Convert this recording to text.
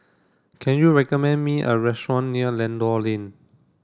can you recommend me a restaurant near Lentor Lane